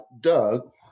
Doug